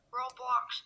Roblox